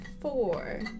four